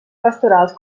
pastorals